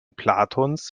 platons